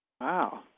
Wow